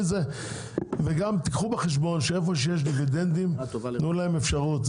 וגם תיקחו בחשבון שאיפה שיש דיבידנדים תנו להם אפשרות,